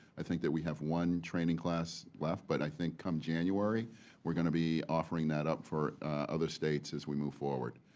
i think that we have one training class left, but i think come january we're going to be offering that up for other states as we move forward.